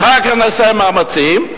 אחר כך נעשה מאמצים,